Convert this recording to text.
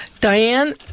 Diane